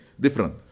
Different